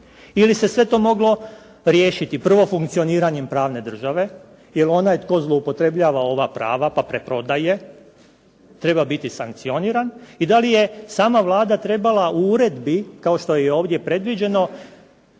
ili se sve to moglo riješiti. Prvo funkcioniranjem pravne države, jer onaj tko zloupotrebljava ova prava pa preprodaje treba biti sankcioniran i da li je sama Vlada trebala u uredbi, kao što je i ovdje predviđeno,